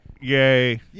Yay